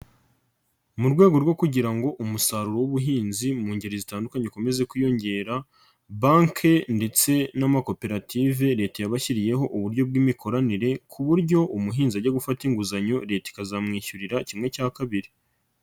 Mu rwego rwo kugira ngo umusaruro w'ubuhinzi mu ngeri zitandukanye ukomeze kwiyongera, banki ndetse n'amakoperative Leta yabashyiriyeho uburyo bw'imikoranire ku buryo umuhinzi ajya gufata inguzanyo Leta ikazamwishyurira kimwe cya kabiri.